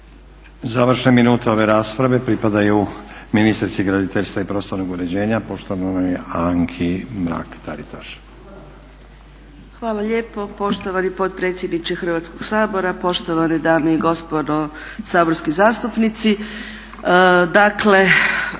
Završne minute ove rasprave pripadaju ministrici graditeljstva i prostornog uređenja poštovanoj Anki Mrak-Taritaš. **Mrak-Taritaš, Anka (HNS)** Hvala lijepo. Poštovani potpredsjedniče Hrvatskog sabora, poštovane dame i gospodo saborski zastupnici.